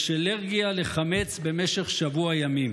יש אלרגיה לחמץ במשך שבוע ימים.